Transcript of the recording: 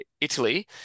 Italy